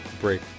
break